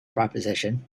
proposition